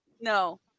No